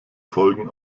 folgen